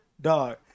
Dog